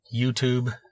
YouTube